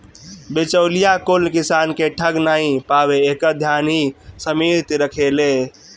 बिचौलिया कुल किसान के ठग नाइ पावे एकर ध्यान इ समिति रखेले